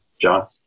John